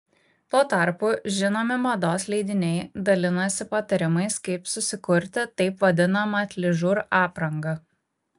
tuo tarpu žinomi mados leidiniai dalinasi patarimais kaip susikurti taip vadinamą atližur aprangą